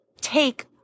take